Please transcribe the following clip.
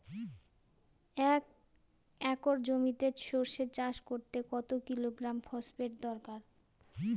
এক একর জমিতে সরষে চাষ করতে কত কিলোগ্রাম ফসফেট দরকার?